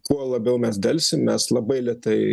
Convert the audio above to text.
kuo labiau mes delsim mes labai lėtai